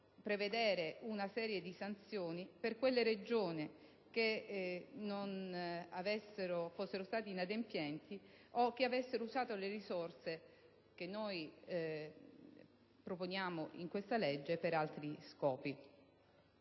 prevedere una serie di sanzioni per quelle Regioni che fossero inadempienti o usassero le risorse che noi proponiamo in questa legge per altri scopi.